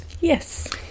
Yes